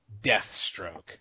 Deathstroke